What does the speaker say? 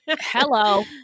Hello